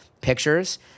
pictures